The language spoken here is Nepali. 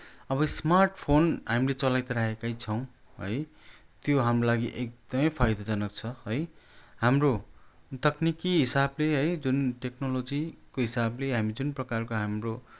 अब स्मार्टफोन हामीले चलाइ त राखेकै छौँ है त्यो हाम्रो लागि एकदमै फाइदाजनक छ है हाम्रो तकनिकी हिसाबले है जुन टेक्नोलोजीको हिसाबले हामी जुन प्रकारको हाम्रो